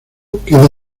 queda